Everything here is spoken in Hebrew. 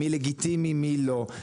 מי לגיטימי, מי לא.